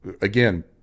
Again